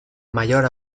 mayor